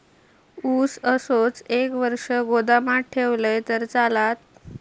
ऊस असोच एक वर्ष गोदामात ठेवलंय तर चालात?